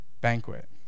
banquet